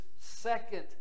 second